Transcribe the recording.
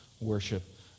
worship